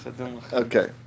Okay